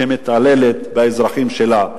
שמתעללת באזרחים שלה.